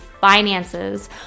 finances